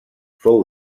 fou